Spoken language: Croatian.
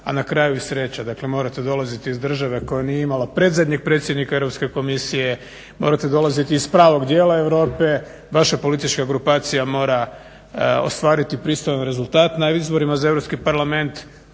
a na kraju i sreća. Dakle, morate dolaziti iz države koja nije imala predzadnjeg predsjednika Europske komisije, morate dolaziti iz pravog dijela Europe, vaša politička grupacija mora ostvariti pristojan rezultat na izborima za Europski parlament.